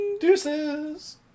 Deuces